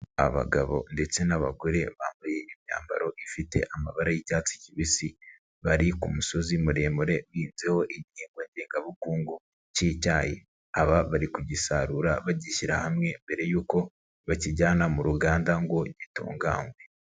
Abagabo ndetse n'abagore bambaye imyambaro ifite amabara y'icyatsi kibisi bari ku musozi muremure uhinzeho igihingwa ndegabukungu cy'icyayi, aba bari kugisarura bagishyira hamwe mbere y'uko bakijyana mu ruganda ngo gitungangwe.